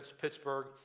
Pittsburgh